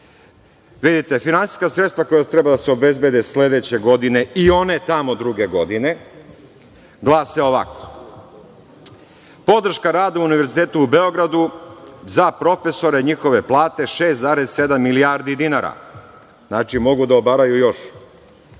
Vidite, finansijska sredstva, koja treba da se obezbede sledeće godine i one tamo druge godine, glase ovako. Podrška radu Univerzitetu u Beogradu za profesore i njihove plate 6,7 milijardi dinara. Znači, mogu da obaraju još,